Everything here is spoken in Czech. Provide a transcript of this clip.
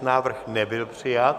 Návrh nebyl přijat.